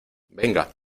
venga